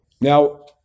Now